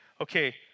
okay